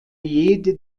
jede